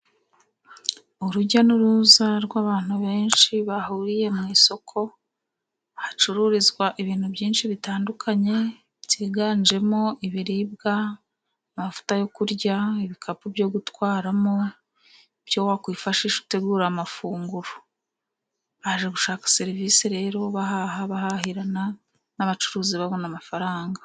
Urujya n'uruza rw'abantu benshi bahuriye mu isoko, hacururizwa ibintu byinshi bitandukanye, byiganjemo: ibiribwa, amavuta yo kurya, ibikapu byo gutwaramo, ibyo wakwifashisha utegura amafunguro, baje gushaka serivisi rero bahaha, bahahirana n'abacuruzi babona amafaranga.